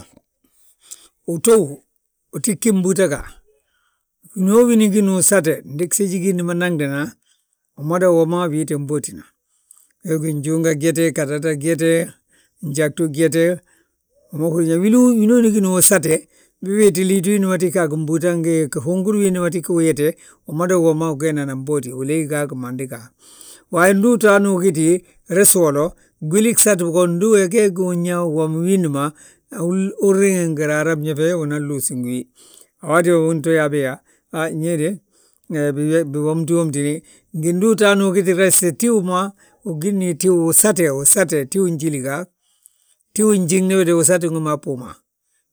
utóo, uti gí mbúuta ga, winoowini gini usate ndi gsiji giindi ma naŋdina, umada wi woma wii tti bóotina. We gí njuunga gyete, ggatata gyete, gjagbu gyete, wima uhúri yaa winooni gíni usate, ndi we wéeti liiti wiindi ma tiga a gimbúuta, ngi gihuungur wiindi teg gí gyete. Umadawi womma wi geenan bóoti, uleey ga gimandi ga. Wa ndu uto hanu ugiti resi wolo, gwili gsati go ndu uyaa geegi uyaa uwommi wiindi ma. Uriŋi ngi raaraa mẽfe, walla unan luusi ngi wi. Waati we unto yaabe yaa, han ñe de, biwomtiwomtini, ngi ndi uto hani ugiti rese Tíw ma, ugí ngi tíw usate, usate, tíw jíli ga, tiw njiŋni we de usati wi maa bbuuma,